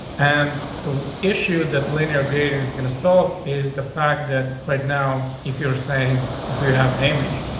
and the issue that linear gait and is gonna solve is the fact that right now, if you're saying if you have an image,